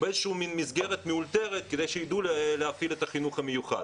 באיזו מין מסגרת מאולתרת כדי שיידעו להפעיל את החינוך המיוחד,